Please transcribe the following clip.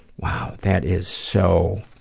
wow. that is so,